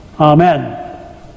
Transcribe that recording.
Amen